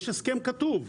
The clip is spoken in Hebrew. יש הסכם כתוב.